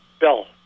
Bill